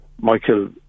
Michael